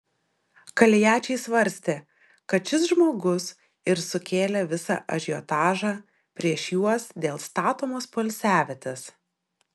kaliačiai svarstė kad šis žmogus ir sukėlė visą ažiotažą prieš juos dėl statomos poilsiavietės